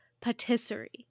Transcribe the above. patisserie